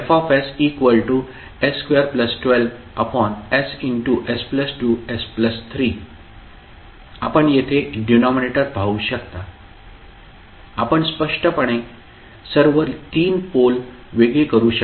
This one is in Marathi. आपण येथे डिनॉमिनेटर पाहू शकता आपण स्पष्टपणे सर्व तीन पोल वेगळे करू शकता